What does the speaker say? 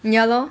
ya lor